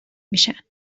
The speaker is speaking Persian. میشن